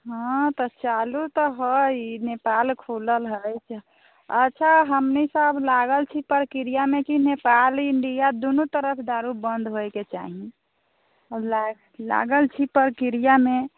हँ तऽ चालू तऽ होइ नेपाल खुलल हइ अच्छा हमहीँसब लागल छी प्रक्रियामे कि नेपाल इण्डिया दुनू तरफ दारू बन्द होइके चाही आओर लागल छी प्रक्रियामे